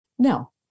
Now